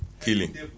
killing